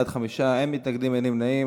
בעד, 5, אין מתנגדים, אין נמנעים.